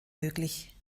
möglich